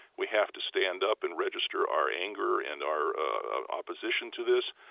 we have to stand up and register our anger and our opposition to this,